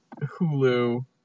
Hulu